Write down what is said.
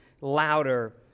louder